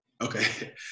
Okay